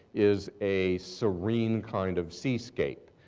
is a serene kind of seascape.